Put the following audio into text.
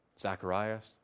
Zacharias